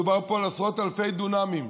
מדובר פה על עשרות אלפי דונמים.